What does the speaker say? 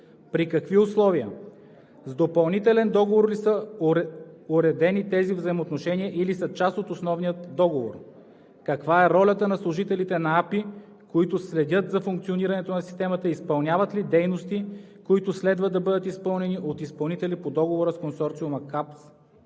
при какви условия? С допълнителен договор ли са уредени тези взаимоотношения или са част от основния договор? Каква е ролята на служителите на АПИ, които следят за функционирането на системата и изпълняват ли дейности, които следва да бъдат изпълнени от изпълнители по договора с Консорциума „Капш“?